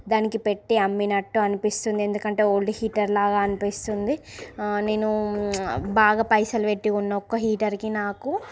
దానికి పెట్టి అమ్మినట్టు అనిపిస్తుంది ఎందుకంటే ఓల్డ్ హీటర్ లాగా అనిపిస్తుంది నేను బాగా పైసలు పెట్టి కొన్న ఒక్క హీటర్కి నాకు